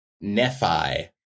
Nephi